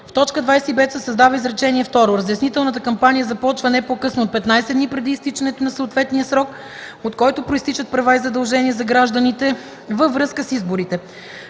в т. 25 се създава изречение второ: „Разяснителната кампания започва не по-късно от 15 дни преди изтичане на съответния срок, от който произтичат права и задължения за гражданите във връзка с изборите.”;